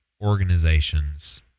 organizations